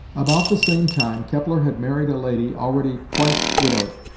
about the same time kepler had married a lady already twice widowed,